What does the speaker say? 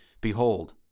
Behold